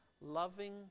loving